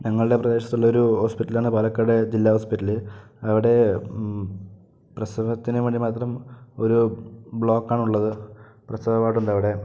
ഞങ്ങളുടെ പ്രദേശത്തുള്ള ഒരു ഹോസ്പിറ്റലാണ് പാലക്കാട് ജില്ലാ ഹോസ്പിറ്റല് അവിടെ പ്രസവത്തിന് വേണ്ടി മാത്രം ഒരു ബ്ലോക്കാണുള്ളത് പ്രസവവാർഡുണ്ടവിടെ